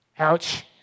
Ouch